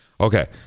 okay